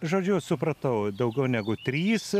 žodžiu supratau daugiau negu trys